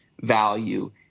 value